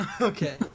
Okay